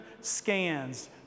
scans